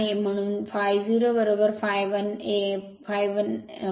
म्हणून ∅0 ∅1